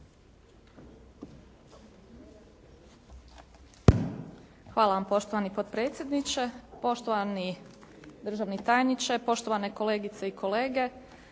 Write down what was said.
Hvala vam poštovani potpredsjedniče, poštovani državni tajniče, poštovane kolegice i kolege.